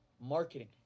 marketing